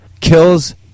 kills